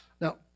Now